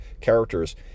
characters